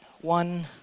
One